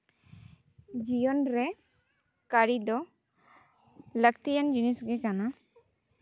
ᱡᱤᱭᱚᱱ ᱨᱮ ᱠᱟᱹᱨᱤ ᱫᱚ ᱞᱟᱹᱠᱛᱤᱭᱟᱱ ᱡᱤᱱᱤᱥᱜᱮ ᱠᱟᱱᱟ